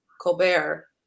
Colbert